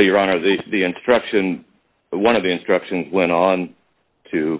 is the instruction one of the instructions went on to